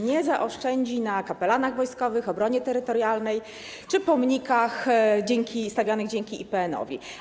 Nie zaoszczędzi na kapelanach wojskowych, obronie terytorialnej czy pomnikach stawianych dzięki IPN-owi.